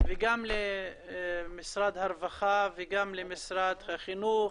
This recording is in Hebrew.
וגם למשרד הרווחה, וגם למשרד החינוך,